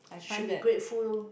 should be grateful lor